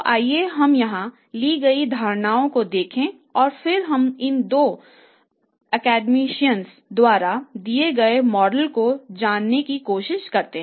तो आइए हम यहां ली गई धारणाओं को देखें और फिर हम इन 2 अकदमीशियनस द्वारा दिए गए मॉडल को समझने की कोशिश करें